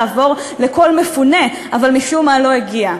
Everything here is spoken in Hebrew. לעבור לכל מפונה אבל משום מה לא הגיעו.